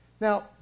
Now